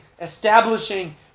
establishing